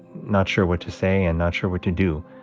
not sure what to say and not sure what to do